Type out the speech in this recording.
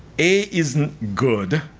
a isn't good.